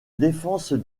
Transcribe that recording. défense